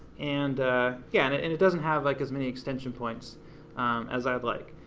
and yeah, and it and it doesn't have like as many extension points as i would like.